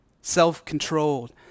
self-controlled